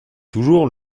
toujours